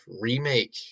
remake